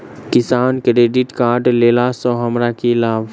किसान credit card लेला सऽ हमरा की लाभ?